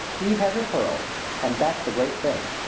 eve has her pearls and that's the great thing.